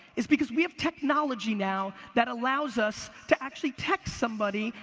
is because we have technology now, that allows us to actually text somebody,